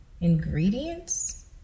ingredients